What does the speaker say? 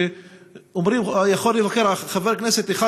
שאומרים שיכול חבר כנסת לבקר,